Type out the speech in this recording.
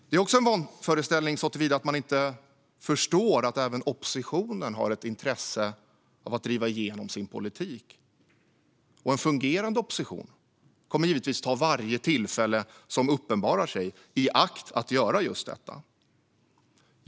Det är också en vanföreställning såtillvida att man inte förstår att även oppositionen har ett intresse av att driva igenom sin politik. En fungerande opposition kommer naturligtvis att ta varje tillfälle som uppenbarar sig i akt att göra detta.